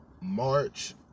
March